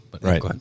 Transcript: Right